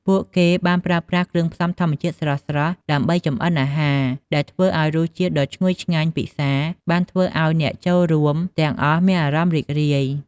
ពួកគេបានប្រើប្រាស់គ្រឿងផ្សំធម្មជាតិស្រស់ៗដើម្បីចម្អិនអាហារ ដែលធ្វើឲ្យរសជាតិដ៏ឈ្ងុយឆ្ងាញ់ពិសារបានធ្វើឲ្យអ្នកចូលរួមទាំងអស់មានអារម្មណ៍រីករាយ។